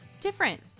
different